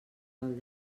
del